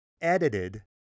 edited